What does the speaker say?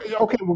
Okay